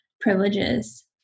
privileges